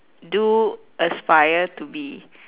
do aspire to be